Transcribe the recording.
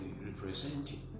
representing